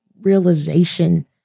realization